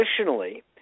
additionally